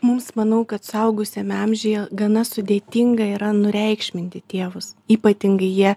mums manau kad suaugusiame amžiuje gana sudėtinga yra nureikšminti tėvus ypatingai jie